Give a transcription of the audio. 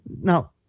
Now